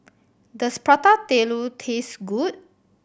does Prata Telur taste good